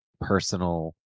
personal